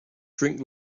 drink